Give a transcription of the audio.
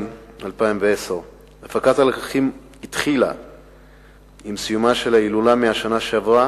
2010. הפקת הלקחים התחילה עם סיומה של ההילולה בשנה שעברה.